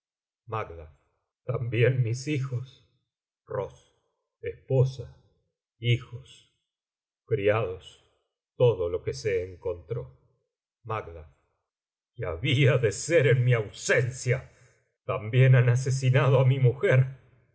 macd también mis hijos ross esposa hijos criados todo lo que se encontró macbeth macd y había de ser en mi ausencia también han asesinado á mi mujer